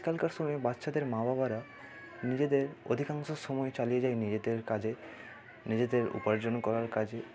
আজকালকার সময়ে বাচ্ছাদের মা বাবারা নিজেদের অধিকাংশ সময় চালিয়ে যায় নিজেদের কাজে নিজেদের উপার্জন করার কাজে